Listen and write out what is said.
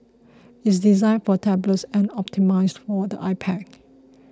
it is designed for tablets and optimised for the iPad